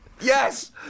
Yes